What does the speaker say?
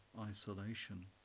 isolation